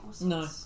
No